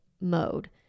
mode